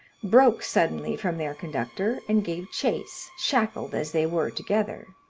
broke suddenly from their conductor, and gave chase, shackled as they were together.